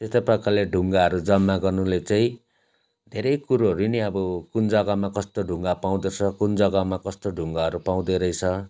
त्यस्ता प्रकारले ढुङ्गाहरू जम्मा गर्नुले चाहिँ धेरै कुरोहरू नै अब कुन जग्गामा कस्तो ढुङ्गा पाउँदछ कुन जग्गामा कस्तो ढुङ्गाहरू पाउँदोरहेछ